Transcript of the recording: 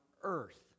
earth